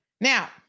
Now